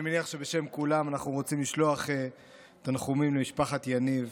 אני מניח שבשם כולם אנחנו רוצים לשלוח תנחומים למשפחת יניב